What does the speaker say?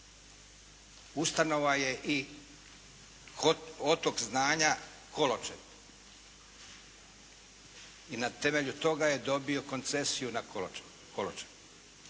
Ustanova je i kod otok znanja Koločep i na temelju toga je dobio koncesiju na Koločepu,